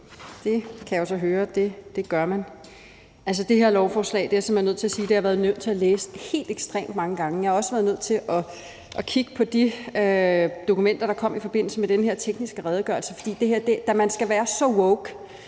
det kan jeg så høre man gør. Altså, jeg er simpelt hen nødt til at sige, at jeg har været nødt til at læse det her lovforslag helt ekstremt mange gange. Jeg har også været nødt til at kigge på de dokumenter, der kom i forbindelse med den her tekniske redegørelse. For man skal være så woke